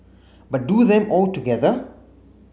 but do them all together